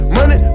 Money